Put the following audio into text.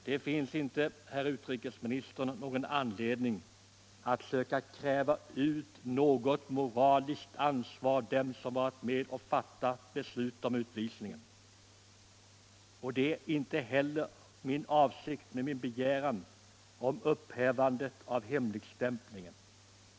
Det finns inte, herr utrikesminister, någon anledning att söka kräva ut något moraliskt ansvar av dem som var med om att fatta beslut om utvisningen, och det har inte heller varit min avsikt med min begäran om upphävande av hemligstämplingen.